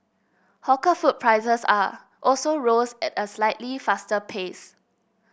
hawker food prices are also rose at a slightly faster pace